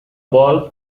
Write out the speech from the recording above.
ball